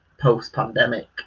post-pandemic